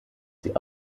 sie